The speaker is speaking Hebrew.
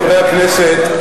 חברי הכנסת,